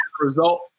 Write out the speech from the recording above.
result